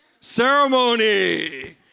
Ceremony